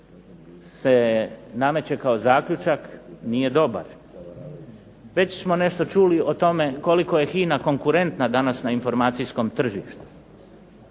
se nameće kao zaključak nije dobar. Već smo nešto čuli o tome koliko je HINA konkurentna danas na informacijskom tržištu.